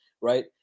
right